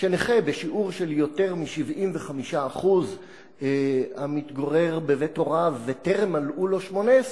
שנכה בשיעור של יותר מ-75% המתגורר בבית הוריו וטרם מלאו לו 18,